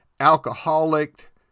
alcoholic